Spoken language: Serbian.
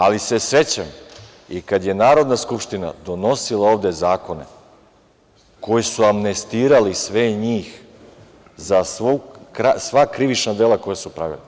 Ali se sećam i kad je Narodna skupština donosila ovde zakone koji su amnestirali sve njih za sva krivična dela koja su pravili.